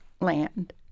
land